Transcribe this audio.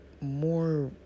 more